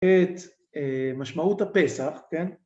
‫את משמעות הפסח, כן?